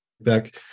back